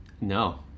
No